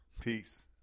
Peace